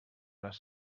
les